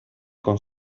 con